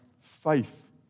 faith